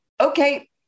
okay